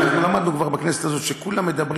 אנחנו למדנו כבר בכנסת הזאת שכולם מדברים